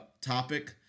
topic